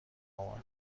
اومد